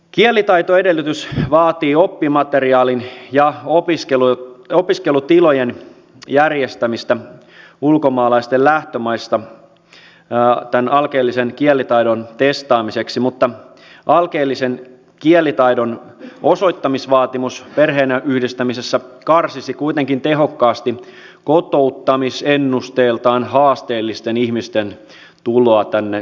kielitaitoedellytys vaatii oppimateriaalin ja opiskelutilojen järjestämistä ulkomaalaisten lähtömaista tämän alkeellisen kielitaidon testaamiseksi mutta alkeellisen kielitaidon osoittamisvaatimus perheenyhdistämisessä karsisi kuitenkin tehokkaasti kotouttamisennusteeltaan haasteellisten ihmisten tuloa tänne suomeen